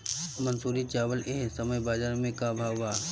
मंसूरी चावल एह समय बजार में का भाव बा?